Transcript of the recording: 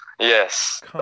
Yes